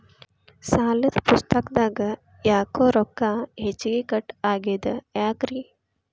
ಸಾಲದ ಪುಸ್ತಕದಾಗ ಯಾಕೊ ರೊಕ್ಕ ಹೆಚ್ಚಿಗಿ ಕಟ್ ಆಗೆದ ಯಾಕ್ರಿ?